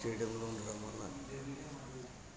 స్టేడియంలు ఉండడం వలన